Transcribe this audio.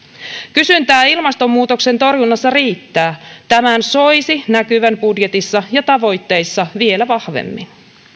kysyntää ilmastonmuutoksen torjunnassa riittää tämän soisi näkyvän budjetissa ja tavoitteissa vielä vahvemmin